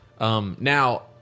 Now